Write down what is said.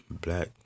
black